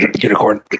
Unicorn